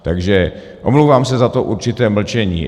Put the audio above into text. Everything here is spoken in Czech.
Takže omlouvám se za to určité mlčení.